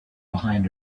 behind